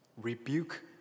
rebuke